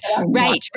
right